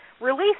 release